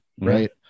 right